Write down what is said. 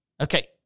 Okay